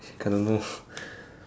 I don't know